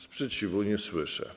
Sprzeciwu nie słyszę.